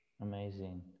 amazing